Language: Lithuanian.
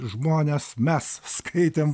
žmonės mes skaitėm